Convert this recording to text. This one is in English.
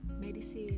medicine